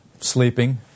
Sleeping